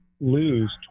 lose